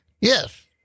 yes